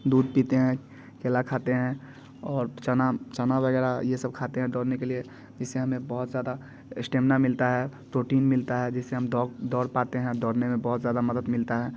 दूध पीते हैं केला खाते हैं और चना चना वगैरह ये सब खाते हैं दौड़ने के लिए जिससे हमें बहुत ज़्यादा इस्टेमिना मिलता है प्रोटीन मिलता है जिससे हम दौड़ पाते हैं आ दौड़ने में बहुत ज़्यादा मदद मिलता है